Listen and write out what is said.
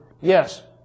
yes